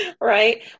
Right